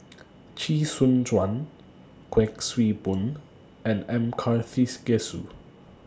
Chee Soon Juan Kuik Swee Boon and M Karthigesu